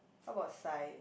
how about Sai